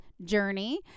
Journey